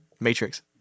Matrix